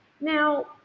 now